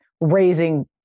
raising